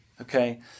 Okay